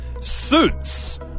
Suits